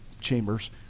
chambers